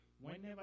whenever